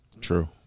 True